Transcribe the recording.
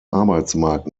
arbeitsmarkt